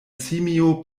simio